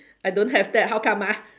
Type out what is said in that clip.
I don't have that how come ah